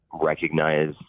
recognize